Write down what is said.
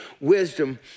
wisdom